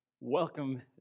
Welcome